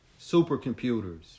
Supercomputers